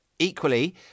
Equally